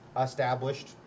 established